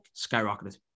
skyrocketed